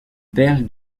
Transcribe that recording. père